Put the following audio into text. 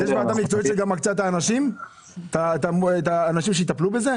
גם מקצה את האנשים שיטפלו בזה?